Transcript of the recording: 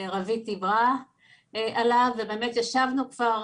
שעליו רווית דיברה ובאמת ישבנו כבר